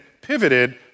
pivoted